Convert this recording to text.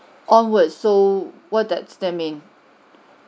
onwards so what's that that mean